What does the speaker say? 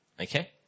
okay